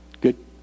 Good